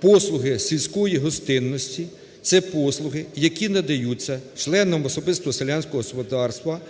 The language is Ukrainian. "послуги сільської гостинності – це послуги, які надаються членами особистого селянського господарства